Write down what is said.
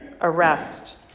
arrest